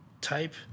type